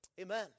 Amen